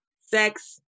sex